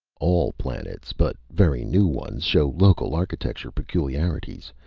all planets, but very new ones, show local architectural peculiarities,